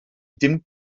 dim